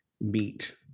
meet